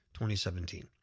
2017